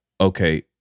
okay